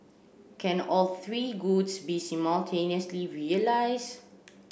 can all three goods be simultaneously realised